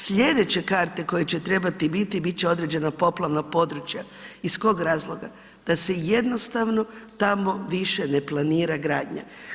Slijedeće karte koje će trebati biti bit će određena poplavna područja iz kog razloga, da se jednostavno tamo više ne planira gradnja.